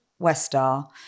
Westar